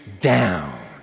down